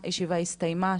הישיבה הסתיימה,